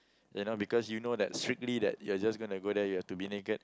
you know because you know that strictly that you just gonna go there you have to be naked